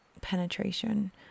penetration